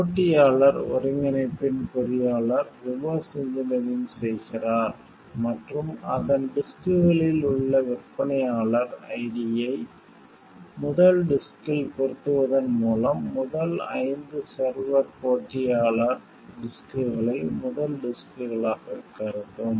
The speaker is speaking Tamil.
போட்டியாளர் ஒருங்கிணைப்பின் பொறியாளர் ரிவர்ஸ் இன்ஜினியரிங் செய்கிறார் மற்றும் அதன் டிஸ்க்களில் உள்ள விற்பனையாளர் ஐடியை முதல் டிஸ்க்கில் பொருத்துவதன் மூலம் முதல் ஐந்து செர்வர் போட்டியாளர் டிஸ்க்களை முதல் டிஸ்க்களாகக் கருதும்